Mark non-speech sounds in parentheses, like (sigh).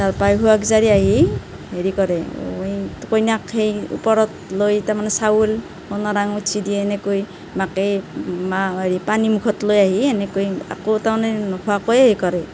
তাৰপৰা সুৱাগ জাৰি আহি হেৰি কৰে অঁ এই কইনাক হেৰি ওপৰত লৈ তাৰমানে চাউল সোণৰ আঙুঠি দি এনেকৈ মাকে (unintelligible) হেৰি পানী মুখত লৈ আহি এনেকৈ আকৌ তাৰমানে নোখোৱাকৈ সেই কৰে